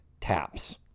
taps